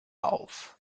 auf